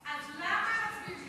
אז למה הם מצביעים ליכוד?